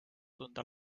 tunda